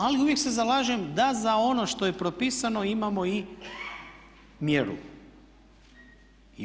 Ali uvijek se zalažem da za ono što je propisano imamo i mjeru.